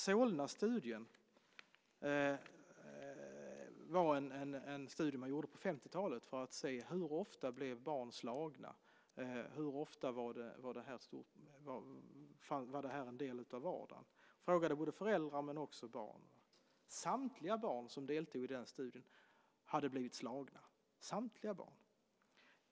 Solnastudien var en studie som man gjorde på 50-talet för att se hur ofta barn blev slagna, hur ofta det var en del av vardagen. Man frågade både föräldrar och barn. Samtliga barn som deltog i studien hade blivit slagna.